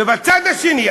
ובצד השני,